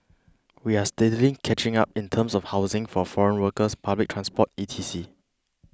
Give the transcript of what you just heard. we are steadily catching up in terms of housing for foreign workers public transport E T C